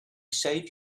save